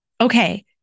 Okay